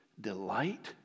delight